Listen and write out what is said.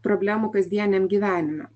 problemų kasdieniam gyvenime